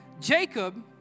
Jacob